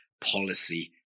policy